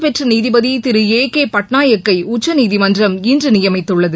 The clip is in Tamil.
பெற்றநீதிபதிதிரு ஏ கேடட்நாயக்கைஉச்சநீதிமன்றம் இன்றுநியமித்துள்ளது